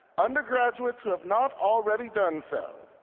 undergraduates who have not already done so,